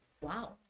Wow